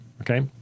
okay